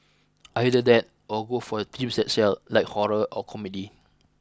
either that or go for themes that sell like horror or comedy